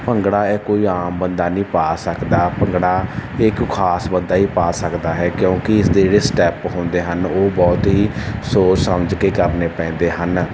ਭੰਗੜਾ ਇਹ ਕੋਈ ਆਮ ਬੰਦਾ ਨਹੀਂ ਪਾ ਸਕਦਾ ਭੰਗੜਾ ਇਹ ਕੋਈ ਖ਼ਾਸ ਬੰਦਾ ਹੀ ਪਾ ਸਕਦਾ ਹੈ ਕਿਉਂਕਿ ਇਸਦੇ ਜਿਹੜੇ ਸਟੈਪ ਹੁੰਦੇ ਹਨ ਉਹ ਬਹੁਤ ਹੀ ਸੋਚ ਸਮਝ ਕੇ ਕਰਨੇ ਪੈਂਦੇ ਹਨ